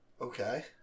Okay